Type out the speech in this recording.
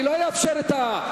אני לא אאפשר את הרעש.